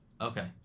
Okay